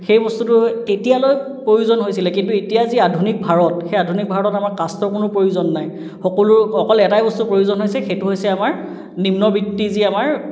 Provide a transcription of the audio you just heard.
সেই বস্তুটো এতিয়ালৈ প্ৰয়োজন হৈছিলে কিন্তু এতিয়া যি আধুনিক ভাৰত সেই আধুনিক ভাৰতত আমাৰ কাষ্টৰ কোনো প্ৰয়োজন নাই সকলো অকল এটাই বস্তুৰ প্ৰয়োজ হৈছে সেইটো হৈছে আমাৰ নিম্ন বিত্তি যি আমাৰ